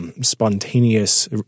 spontaneous